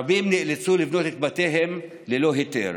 רבים נאלצו לבנות את בתיהם ללא היתר,